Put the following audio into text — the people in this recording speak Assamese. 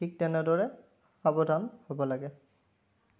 ঠিক তেনেদৰে সাৱধান হ'ব লাগে